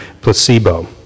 placebo